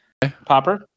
Popper